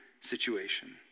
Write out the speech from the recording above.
situation